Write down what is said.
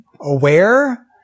aware